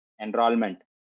enrollment